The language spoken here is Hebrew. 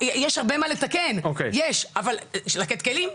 יש הרבה מה לתקן, יש, אבל צריך לתת כלים.